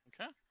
Okay